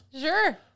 sure